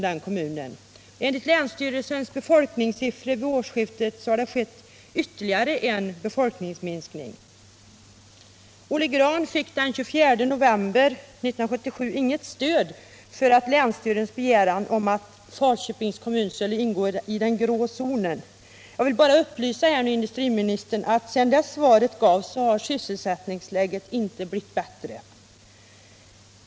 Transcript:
Enligt länsstyrelsens befolkningssiffror vid årsskiftet har det skett ytterligare en befolkningsminskning. Olle Grahn fick den 24 november 1977 inget stöd för länsstyrelsens begäran att Falköpings kommun skulle ingå i den s.k. grå zonen. Jag vill bara upplysa industriministern om att sysselsättningsläget sedan det svaret gavs inte har blivit bättre.